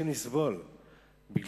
הזה